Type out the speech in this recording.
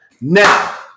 Now